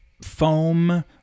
foam